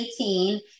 2018